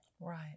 Right